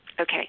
Okay